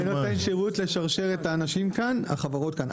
אני נותן שירות לשרשרת החברות כאן.